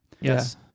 Yes